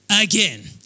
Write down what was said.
again